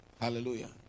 Hallelujah